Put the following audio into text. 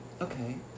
Okay